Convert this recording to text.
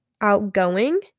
outgoing